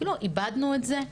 כאילו איבדנו את זה?